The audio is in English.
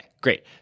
great